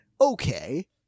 okay